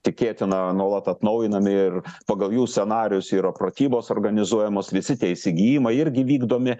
tikėtina nuolat atnaujinami ir pagal jų scenarijus yra pratybos organizuojamos visi tie įsigijimai irgi vykdomi